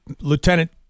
Lieutenant